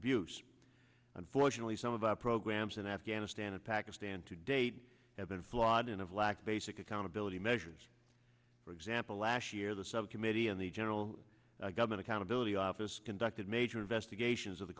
abuse unfortunately some of our programs in afghanistan and pakistan to date have been flawed and of lack basic accountability measures for example last year the subcommittee and the general government accountability office conducted major investigations of the